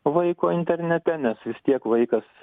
vaiko internete nes vis tiek vaikas